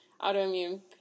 autoimmune